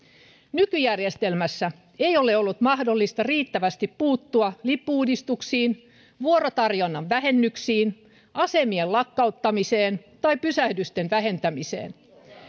nykyjärjestelmässä ei ole ollut mahdollista riittävästi puuttua lippu uudistuksiin vuorotarjonnan vähennyksiin asemien lakkauttamiseen tai pysähdysten vähentämiseen